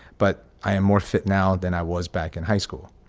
but i am more fit now than i was back in high school.